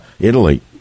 Italy